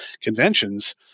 conventions